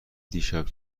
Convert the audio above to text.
دیشب